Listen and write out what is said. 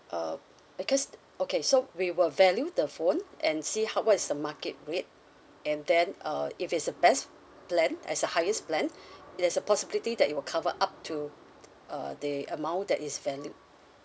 uh because okay so we will value the phone and see how what is the market rate and then uh if it's the best plan as the highest plan there's a possibility that it will cover up to uh the amount that is valued